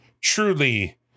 truly